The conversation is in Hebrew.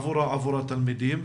עבור התלמידים,